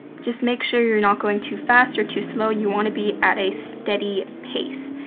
just make sure you're not going too fast or too slow, you wanna be at a steady pace.